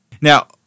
Now